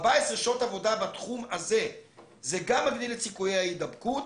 14 שעות עבודה בתחום הזה זה גם מגדיל את סיכויי ההידבקות,